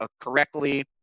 correctly